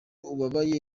ubabaye